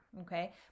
okay